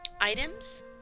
Items